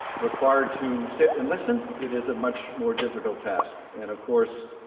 required to sit and listen, it is a much more difficult task. and, of course,